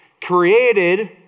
Created